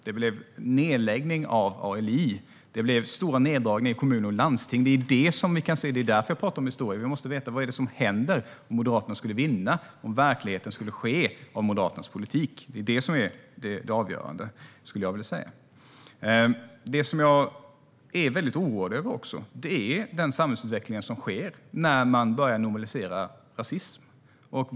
Det blev nedläggning av ALI och stora neddragningar i kommuner och landsting. Det är därför jag talar om historien. Vi måste veta vad som händer om Moderaterna skulle vinna och deras politik bli verklighet. Det är det som är det avgörande. Jag är också väldigt oroad över den samhällsutveckling som sker när man börjar normalisera rasism.